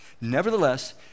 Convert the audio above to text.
nevertheless